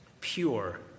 pure